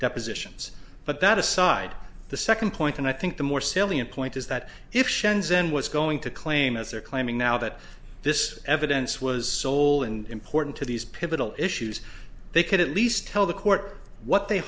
depositions but that aside the second point and i think the more salient point is that if she ends in what's going to claim as they're claiming now that this evidence was sold and important to these pivotal issues they could at least tell the court what they